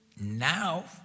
Now